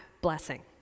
blessing